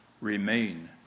Remain